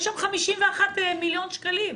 יש שם 51 מיליון שקלים.